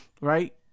right